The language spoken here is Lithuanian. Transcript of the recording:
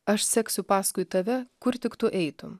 aš seksiu paskui tave kur tik tu eitum